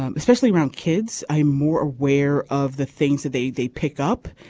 especially around kids i'm more aware of the things that they they pick up.